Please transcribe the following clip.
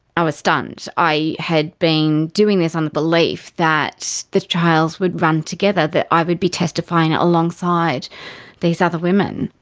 i was stunned. i had been doing this on the belief that the trials would run together, that i would be testifying alongside these other women,